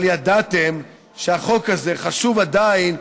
אבל ידעתם שהחוק הזה חשוב עדיין,